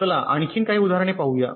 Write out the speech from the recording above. चला आणखी काही उदाहरणे पाहूया